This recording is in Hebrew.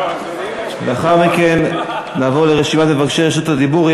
לאחר מכן נעבור לרשימת מבקשי רשות הדיבור.